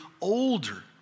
older